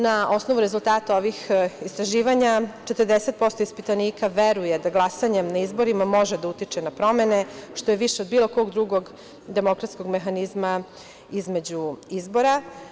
Na osnovu rezultat ovih istraživanja 40% ispitanika veruje da glasanjem na izborima može da utiče na promene, što je više od bilo kog drugog demokratskog mehanizma između izbora.